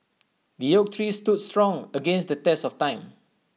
the oak tree stood strong against the test of time